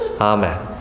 Amen